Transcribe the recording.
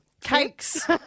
Cakes